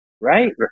right